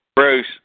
Bruce